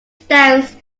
stands